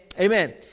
Amen